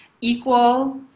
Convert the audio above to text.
equal